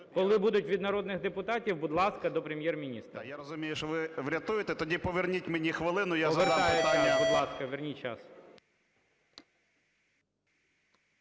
Коли будуть від народних депутатів, будь ласка, до Прем'єр-міністра. БОНДАР В.В. Я розумію, що ви врятуєте. Тоді поверніть мені хвилину, я задам запитання. ГОЛОВУЮЧИЙ. Повертаю. Будь ласка, верніть час.